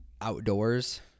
outdoors